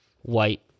white